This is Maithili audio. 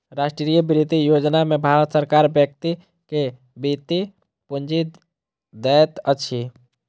राष्ट्रीय वृति योजना में भारत सरकार व्यक्ति के वृति पूंजी दैत अछि